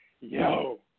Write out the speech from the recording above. yo